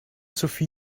sophie